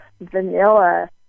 vanilla